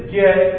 get